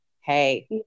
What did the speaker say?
Hey